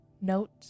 Note